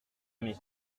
aimé